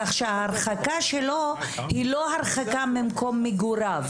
כך שההרחקה שלו היא לא הרחבה ממקום מגוריו.